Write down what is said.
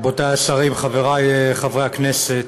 רבותיי השרים, חבריי חברי הכנסת,